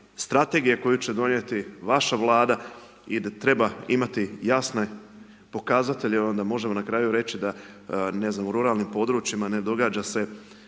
strategija koju će donijeti vaša Vlada i treba imati jasne pokazatelje, onda možemo na kraju reći da ne znam, u ruralnim područjima ne događa se